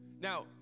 Now